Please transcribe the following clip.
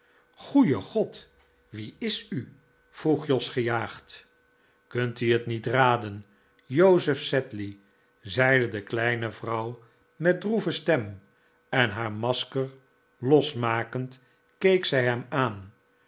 goeie god wie is u vroeg jos gejaagd kunt u het niet raden joseph sedley zeide de kleine vrouw met droeve stem en haar masker losmakend keek zij hem aan